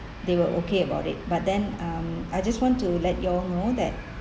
they were okay about it but then um I just want to let you all know that